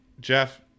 Jeff